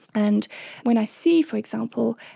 and when i see, for example,